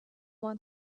want